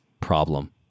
problem